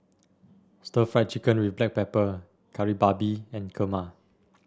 Stir Fried Chicken with Black Pepper Kari Babi and Kurma